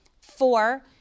Four